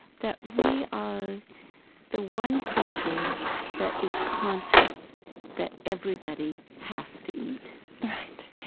that we are the one creature that is conscious that everybody has to eat right.